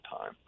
time